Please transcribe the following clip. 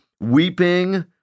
weeping